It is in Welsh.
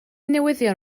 newyddion